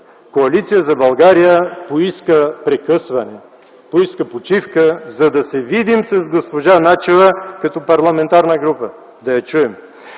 Коалиция за България поиска прекъсване, поиска почивка, за да се видим с госпожа Начева като парламентарна група, да я чуем.